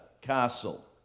Castle